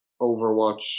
Overwatch